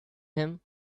him